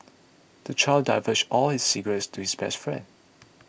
the child divulged all his secrets to his best friend